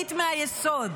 הישראלית מהיסוד,